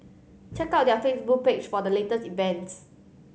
check out their Facebook page for the latest events